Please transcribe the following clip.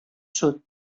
sud